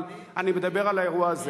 אבל אני מדבר על האירוע הזה.